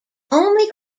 only